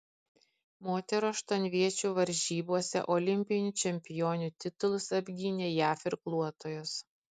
moterų aštuonviečių varžybose olimpinių čempionių titulus apgynė jav irkluotojos